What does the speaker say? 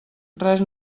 res